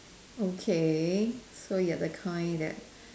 okay so you're the kind that